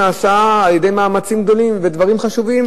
נעשה על-ידי מאמצים גדולים ודברים חשובים.